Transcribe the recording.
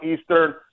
Eastern